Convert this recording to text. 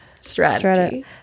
strategy